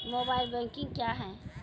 Mobile banking क्या हैं?